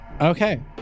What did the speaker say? Okay